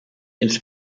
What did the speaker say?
its